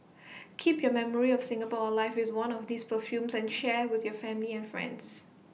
keep your memory of Singapore alive with one of these perfumes and share with your family and friends